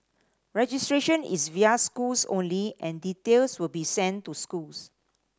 registration is via schools only and details will be sent to schools